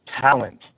talent